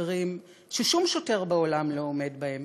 אתגרים ששום שוטר בעולם לא עומד בהם,